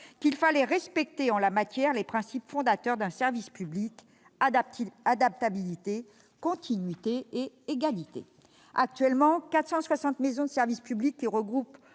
qu'il fallait respecter, en la matière, les principes fondateurs du service public : adaptabilité, continuité et égalité. Actuellement, 460 maisons de services au public, qui regroupent,